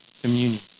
communion